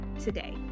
today